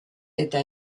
eta